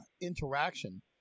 interaction